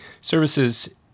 Services